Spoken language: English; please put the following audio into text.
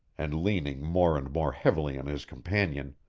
and leaning more and more heavily on his companion,